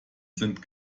sind